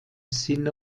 sinne